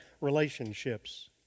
relationships